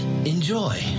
Enjoy